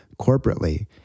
corporately